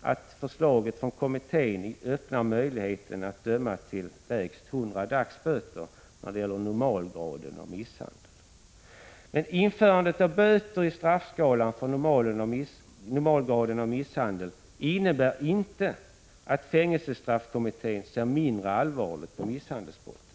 att förslaget från kommittén öppnar möjligheten att döma till lägst 100 dagsböter när det gäller normalgraden av misshandel. Men införandet av böter i straffskalan för normalgraden av misshandel innebär inte att fängelsestraffkommittén ser mindre allvarligt på misshandelsbrottet.